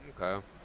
Okay